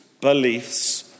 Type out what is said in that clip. beliefs